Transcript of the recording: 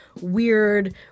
weird